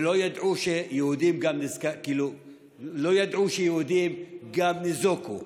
ולא ידעו שגם יהודים ניזוקו,